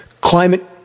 Climate